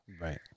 Right